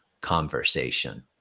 conversation